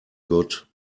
good